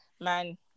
man